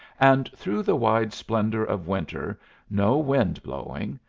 and through the wide splendour of winter no wind blowing,